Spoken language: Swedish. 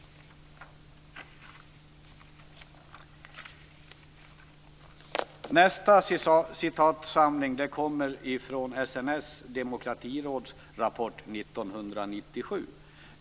Nästa referat kommer från SNS Demokratiråds rapport 1997.